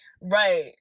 Right